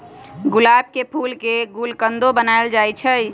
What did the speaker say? गुलाब के फूल के गुलकंदो बनाएल जाई छई